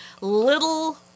little